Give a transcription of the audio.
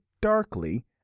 darkly